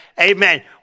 amen